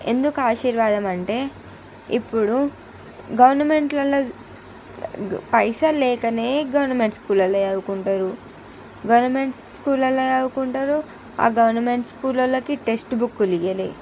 ఎందుకు ఆశీర్వాదం అంటే ఇప్పుడు గవర్నమెంట్లలో చూ పైసలు లేకనే గవర్నమెంట్ స్కూళ్ళల్లో చదువుకుంటారు గవర్నమెంట్ స్కూళ్ళల్లో చదువుకుంటారు గవర్నమెంట్ స్కూళ్ళలోకి టెక్స్ట్ బుక్కులు ఇవ్వలేదు